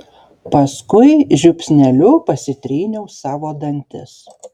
paskui žiupsneliu pasitryniau savo dantis